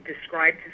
describe